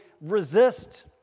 resist